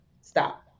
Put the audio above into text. stop